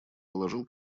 положил